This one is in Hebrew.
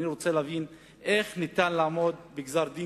אני רוצה להבין איך ניתן לעמוד בגזר-דין